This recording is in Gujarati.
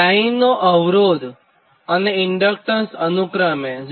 લાઇનનો અવરોધ અને ઇન્ડકટન્સ અનુક્રમે 0